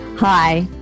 Hi